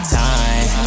time